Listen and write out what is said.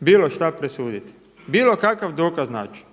bilo šta presuditi, bilo kakav dokaz naći?